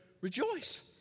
rejoice